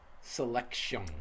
selection